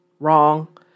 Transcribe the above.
Wrong